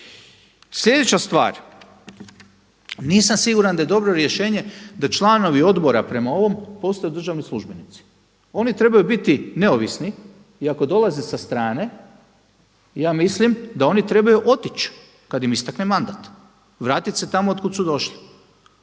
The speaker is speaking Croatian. Sljedeća stvar, nisam siguran da je dobro rješenje da članovi odbora prema ovom postaju državni službenici. Oni trebaju biti neovisni i ako dolaze sa strane, ja mislim da oni trebaju otić kada im istekne mandat, vratit se tamo od kud su došli.